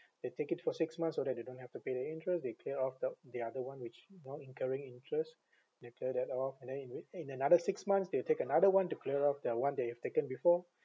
they take it for six months so that they don't have to pay the interest they clear off the the other one which borne incurring interest they clear that off and then in wi~ in another six months they will take another one to clear up the one they have taken before